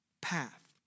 path